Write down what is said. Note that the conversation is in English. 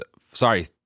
Sorry